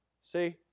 See